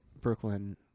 Brooklyn